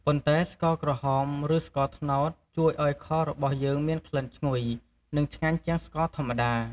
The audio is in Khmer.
ប៉ុន្តែស្ករក្រហម ឬ ស្ករត្នោតជួយឱ្យខរបស់យើងមានក្លិនឈ្ងុយ និងឆ្ងាញ់ជាងស្ករធម្មតា។